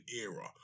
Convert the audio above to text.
era